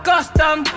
Custom